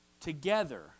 Together